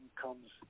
comes